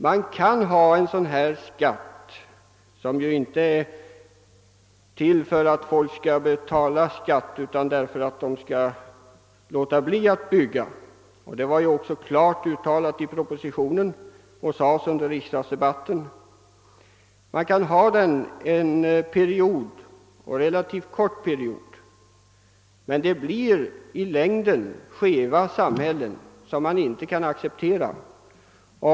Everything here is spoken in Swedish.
Man kan ju ha en sådan skatt som investeringsavgiften för att avhålla människor från att bygga. Det syftet var klart uttalat i propositionen, och detta förklarades också under riksdagsdebatten. Man kan ha den skatten under relativt kort tid, men har vi den för länge blir resultatet skeva samhällen, som vi inte kan acceptera.